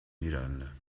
niederlande